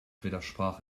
widersprach